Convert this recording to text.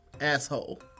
Asshole